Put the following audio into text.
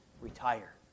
retire